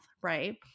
right